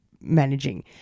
managing